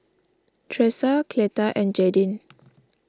Tresa Cleta and Jadyn